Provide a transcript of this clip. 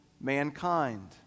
mankind